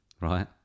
Right